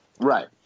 Right